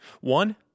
One